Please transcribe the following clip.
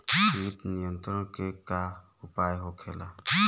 कीट नियंत्रण के का उपाय होखेला?